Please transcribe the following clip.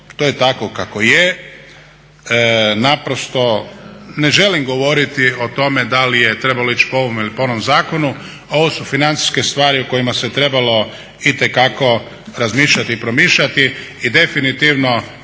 to je tako kako je. Naprosto ne želim govoriti o tome da li je trebalo ići po ovom ili po onom zakonu. Ovo su financijske stvari o kojima se trebalo itekako razmišljati i promišljati.